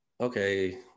okay